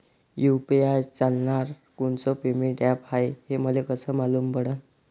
UPI चालणारं कोनचं payment app हाय, हे मले कस मालूम पडन?